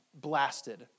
blasted